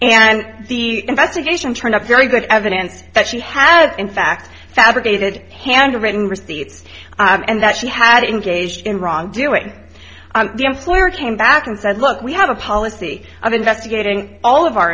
and the investigation turned up very good evidence that she had in fact fabricated handwriting receipts and that she had engaged in wrongdoing the employer came back and said look we have a policy of investigating all of our